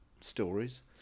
stories